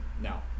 Now